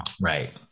Right